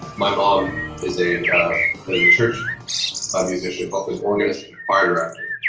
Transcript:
my mom is a church musician both an organist choir director.